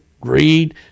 greed